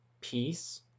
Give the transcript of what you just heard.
peace